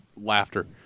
laughter